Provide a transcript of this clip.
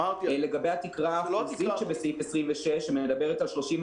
לגבי התקרה האחוזית שבסעיף 26, שמדברת על 33%,